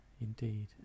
indeed